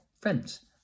friends